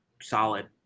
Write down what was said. solid